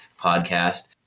podcast